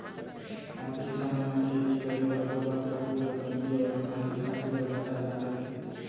आज के समे म खेती करे बर गोबर खातू ल कमती अउ रसायनिक खातू ल जादा डारत हें